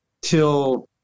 till